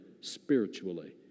spiritually